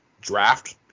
draft